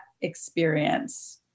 experience